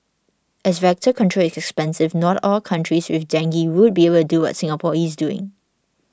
as vector control expensive not all countries with dengue would be able do what Singapore is doing